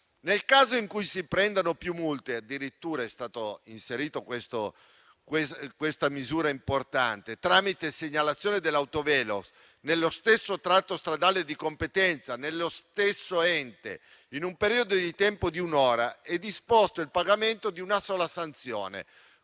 questa misura importante - tramite segnalazione dell'autovelox nello stesso tratto stradale di competenza, nello stesso ente, in un periodo di tempo di un'ora, è disposto il pagamento di una sola sanzione,